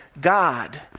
God